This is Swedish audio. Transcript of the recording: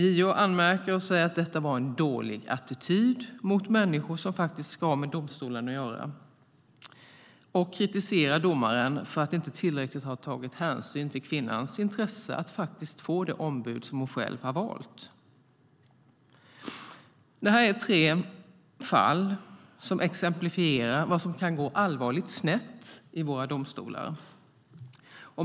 JO anmärker och säger att detta är en dålig attityd mot människor som har med domstolen att göra och kritiserar domaren för att inte tillräckligt ha tagit hänsyn till kvinnans intresse av att faktiskt få det ombud som hon själv valt. Det här är tre fall som exemplifierar vad som kan gå allvarligt snett i våra domstolar.